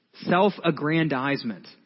self-aggrandizement